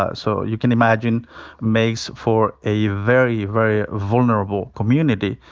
ah so you can imagine makes for a very, very vulnerable community.